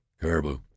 Caribou